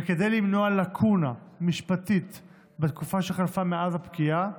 וכדי למנוע לקונה משפטית בתקופה שחלפה מאז הפקיעה,